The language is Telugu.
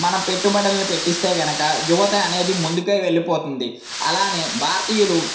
మనం పెట్టుబడులని పెట్టిస్తే కనుక యువత అనేది ముందుకు వెళ్ళిపోతుంది అలాగే భారతీయులు